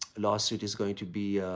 lawsuit is going to be